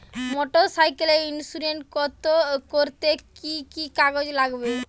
Motorcycle insurance করতে কি কি কাগজ লাগবে?